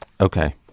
Okay